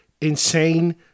insane